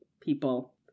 people